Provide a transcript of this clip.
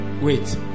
Wait